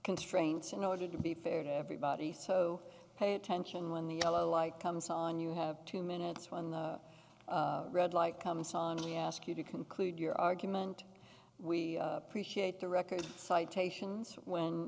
constraints in order to be fair to everybody so pay attention when the yellow light comes on you have two minutes when the red light comes on me ask you to conclude your argument we appreciate the record citations when